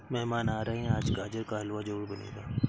मेहमान आ रहे है, आज गाजर का हलवा जरूर बनेगा